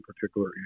particular